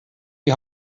die